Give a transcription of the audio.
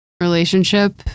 relationship